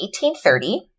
1830